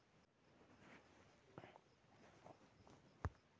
olitorius tossa jute हई जे capsularis से अच्छा होवऽ हई